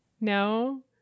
No